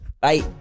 Bye